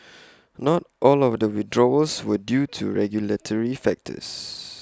not all of the withdrawals were due to regulatory factors